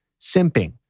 simping